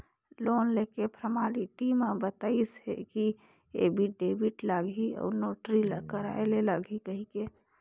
loan लेके formality म बताइस हे कि एफीडेबिड लागही अउ नोटरी कराय ले लागही कहिके